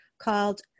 called